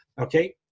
Okay